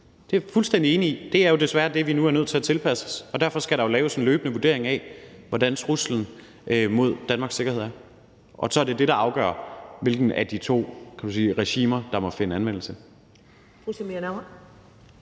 Det er jeg fuldstændig enig i. Det er jo desværre det, vi nu er nødt til at tilpasse os, og derfor skal der jo laves en løbende vurdering af, hvordan truslen mod Danmarks sikkerhed er, og så er det det, der afgør, hvilket af de to regimer, kan man sige, der må finde anvendelse.